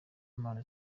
impano